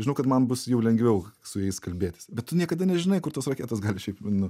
žinau kad man bus jau lengviau su jais kalbėtis bet tu niekada nežinai kur tos raketos gali šiaip nu